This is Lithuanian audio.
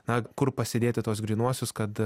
na kur pasidėti tuos grynuosius kad